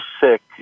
sick